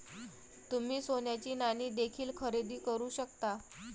तुम्ही सोन्याची नाणी देखील खरेदी करू शकता